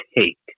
take